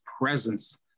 presence